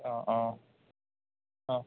ആ ആ ആ